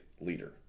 leader